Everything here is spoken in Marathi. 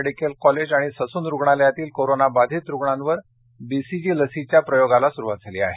मेडिकल कॉलेज आणि ससून रुग्णालयातील कोरोना बाधित रुग्णांवर बीसीजी लसीच्या प्रयोगाला सुरुवात झाली आहे